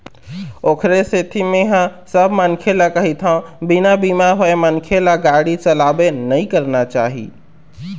ओखरे सेती मेंहा सब मनखे ल कहिथव बिना बीमा होय मनखे ल गाड़ी चलाबे नइ करना चाही